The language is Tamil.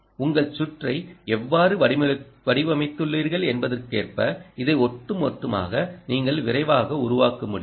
உங்கள் சுற்றை எவ்வாறு வடிவமைத்துள்ளீர்கள் என்பதற்கேற்ப இதை ஒட்டுமொத்தமாக நீங்கள் விரைவாக உருவாக்க முடியும்